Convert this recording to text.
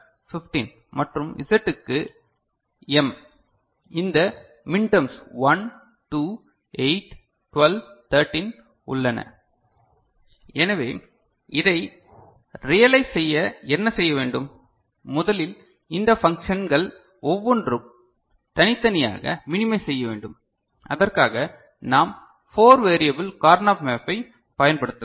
W ∑ m21213 X ∑ m789101112131415 Y ∑ m02345678101115 Z ∑ m1281213 எனவே இதை realise செய்ய என்ன செய்ய வேண்டும் முதலில் இந்த ஃபங்ஷன்கள் ஒவ்வொன்றும் தனித்தனியாகக் மினிமைஸ் செய்ய வேண்டும் அதற்காக நாம் 4 வேரியபல் கார்னா மேப்பை பயன்படுத்தலாம்